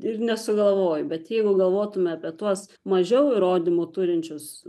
ir nesugalvoju bet jeigu galvotume apie tuos mažiau įrodymų turinčius